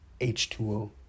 H2O